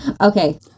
Okay